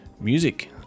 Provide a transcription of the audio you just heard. music